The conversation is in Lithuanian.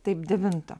taip devintą